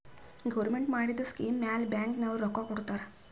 government ಮಾಡಿದು scheme ಮ್ಯಾಲ bank ನವ್ರು ರೊಕ್ಕಾ ಕೊಡ್ತಾರ್